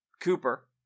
Cooper